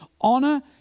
honor